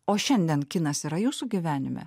o šiandien kinas yra jūsų gyvenime